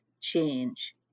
change